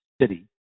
city